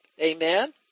Amen